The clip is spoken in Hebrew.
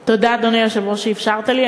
תודה, אדוני היושב-ראש, שאפשרת לי.